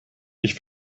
ich